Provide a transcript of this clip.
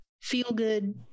feel-good